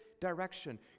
direction